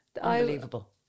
Unbelievable